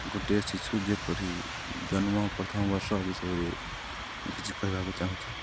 ଗୋଟିଏ ଶିଶୁ ଯେପରି ଜନ୍ମ ପ୍ରଥମ ବର୍ଷ ବିଷୟରେ ମୁଁ କିଛି କହିବାକୁ ଚାହୁଁଛି